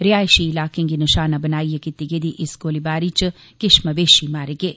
रिहायशी इलाकें गी निशाना बनाइयै कीती गेदी इस गोलाबारी च किश मवेशी मारे गे